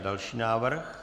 Další návrh.